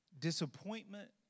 disappointment